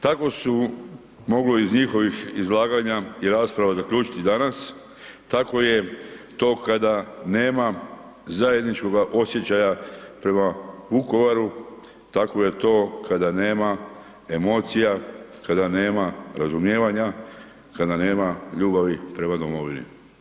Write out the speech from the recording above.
Tako se moglo iz njihovih izlaganja i rasprava zaključiti danas, tako je to kada nema zajedničkoga osjećaja prema Vukovaru, tako je to kada nema emocija, kada nema razumijevanja, kada nema ljubavi prema domovini.